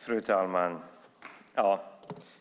Fru talman!